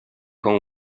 con